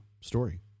story